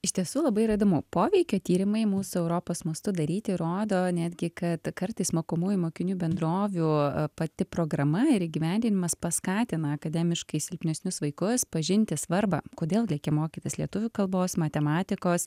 iš tiesų labai yra įdomu poveikio tyrimai mūsų europos mastu daryti rodo netgi kad kartais mokomųjų mokinių bendrovių pati programa ir įgyvendinimas paskatina akademiškai silpnesnius vaikus pažinti svarbą kodėl reikia mokytis lietuvių kalbos matematikos